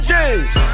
James